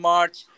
March